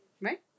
Right